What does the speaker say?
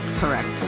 Correct